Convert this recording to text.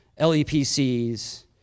LEPCs